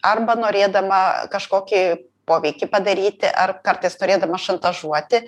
arba norėdama kažkokį poveikį padaryti ar kartais norėdama šantažuoti